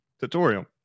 tutorial